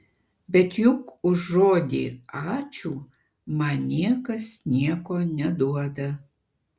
bet juk už žodį ačiū man niekas nieko neduoda